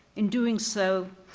in doing so,